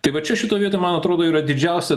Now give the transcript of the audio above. tai va čia šitoj vietoj man atrodo yra didžiausia